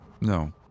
No